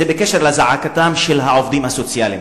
בקשר לזעקתם של העובדים הסוציאליים,